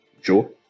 Sure